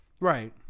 Right